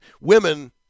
Women